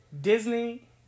Disney